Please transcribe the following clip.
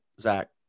Zach